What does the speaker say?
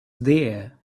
there